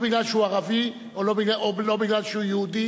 לא בגלל שהוא ערבי או לא בגלל שהוא יהודי,